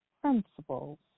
principles